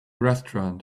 restaurant